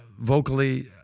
vocally